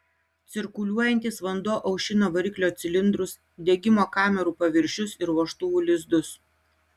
cirkuliuojantis vanduo aušina variklio cilindrus degimo kamerų paviršius ir vožtuvų lizdus